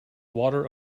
water